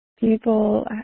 People